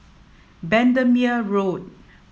Bendemeer Road